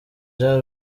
jean